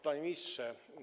Panie Ministrze!